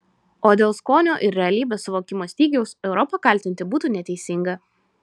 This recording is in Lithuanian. o dėl skonio ir realybės suvokimo stygiaus europą kaltinti būtų neteisinga